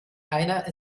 einer